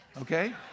Okay